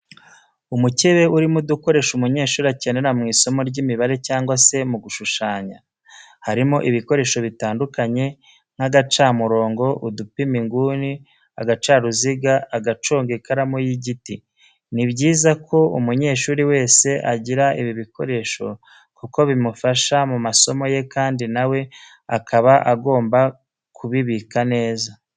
Umukebe urimo udukoresho umunyeshuri akenera mu isomo ry'imibare cyangwa se mu gushushanya, harimo ibikoresho bitandukanye nk'agacamurongo, udupima inguni, agacaruziga, agaconga ikaramu y'igiti. Ni byiza ko umunyeshuri wese agira ibi bikoresho kuko bimufasha mu masomo ye kandi na we akaba agomba kubibika neza.